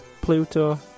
Pluto